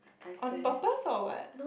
on purpose or what